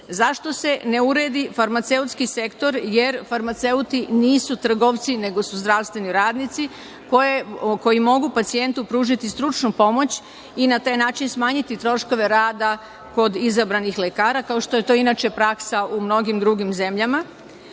Zašto se ne uredi farmaceutski sektor, jer farmaceuti nisu trgovci nego su zdravstveni radnici koji mogu pacijentu pružiti stručnu pomoć i na taj način smanjiti troškove rada kod izabranih lekara, kao što je to inače praksa u mnogim drugim zemljama?